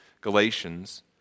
Galatians